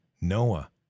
Noah